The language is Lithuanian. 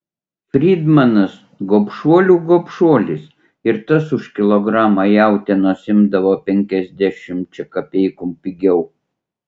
fridmanas gobšuolių gobšuolis ir tas už kilogramą jautienos imdavo penkiasdešimčia kapeikų pigiau